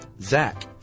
Zach